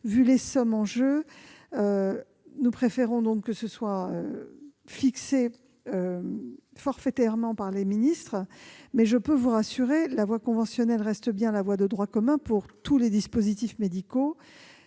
vu des sommes en jeu. Nous préférons donc que les tarifs soient fixés forfaitairement par les ministres. Mais je peux vous rassurer, la voie conventionnelle reste bien la voie de droit commun pour tous les dispositifs médicaux.